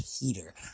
Heater